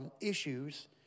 issues